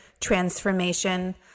Transformation